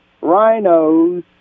rhinos